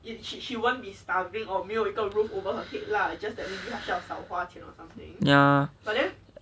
ya